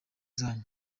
zanyu